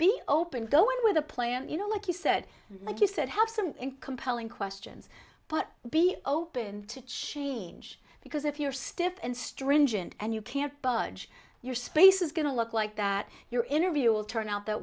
in with a plan you know like you said like you said have some compelling questions but be open to change because if you're stiff and stringent and you can't budge your space is going to look like that your interview will turn out that